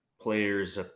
players